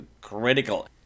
critical